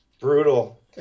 Brutal